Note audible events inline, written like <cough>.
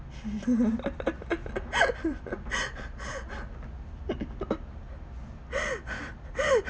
<laughs>